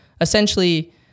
essentially